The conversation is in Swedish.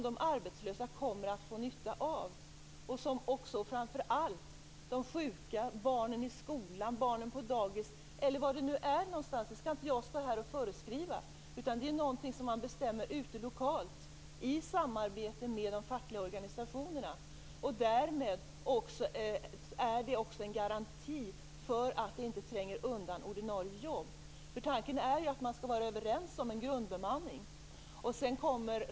De arbetslösa kommer att få nytta av den, liksom framför allt de sjuka, barnen i skolan, barnen på dagis osv. Jag skall inte föreskriva var detta skall ske, utan detta skall bestämmas lokalt i samarbete med de fackliga organisationerna. Detta är också en garanti för att ordinarie jobb inte trängs undan. Tanken är ju den att man skall vara överens om en grundbemanning.